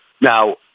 Now